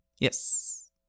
Yes